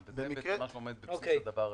תודה.